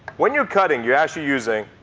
when you're cutting, you're actually using